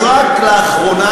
אז רק לאחרונה,